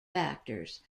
factors